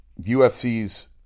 UFC's